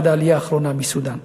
עד העלייה האחרונה מסודאן.